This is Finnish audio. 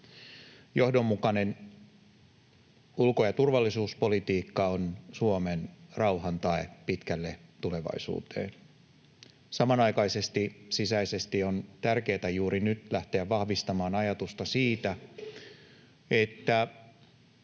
Johdonmukainen ulko- ja turvallisuuspolitiikka on Suomen rauhan tae pitkälle tulevaisuuteen. Samanaikaisesti on sisäisesti tärkeätä juuri nyt lähteä vahvistamaan ajatusta Suomen